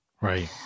Right